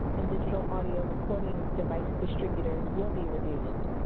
and digital audio recording device distributors will be reduced.